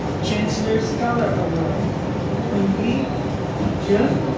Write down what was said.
chancellor's scholar award hongyi zheng